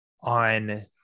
on